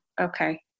okay